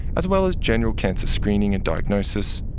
as well as general cancer screening and diagnosis,